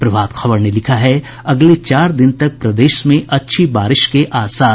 प्रभात खबर ने लिखा है अगले चार दिन तक प्रदेश में अच्छी बारिश के आसार